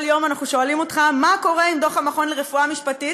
כל יום אנחנו שואלים אותך מה קורה עם דוח המכון לרפואה משפטית.